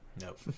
nope